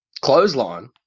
clothesline